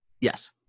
Yes